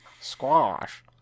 Squash